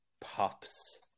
pops